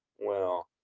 well,